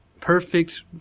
perfect